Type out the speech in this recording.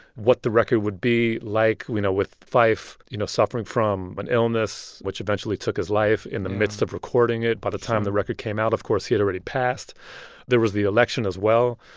what the record would be like, you know, with phife, you know, suffering from an illness, which eventually took his life in the midst of recording it. by the time the record came out, of course, he had already passed there was the election, as well.